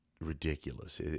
ridiculous